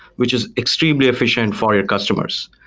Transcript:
which is extremely efficient for your customers.